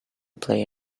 play